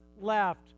left